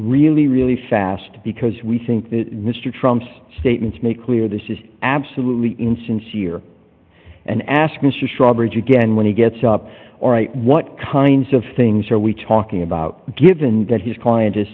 really really fast because we think mr trump's statements make clear this is absolutely insincere and ask mr strobridge again when he gets up what kinds of things are we talking about given that his client